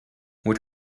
what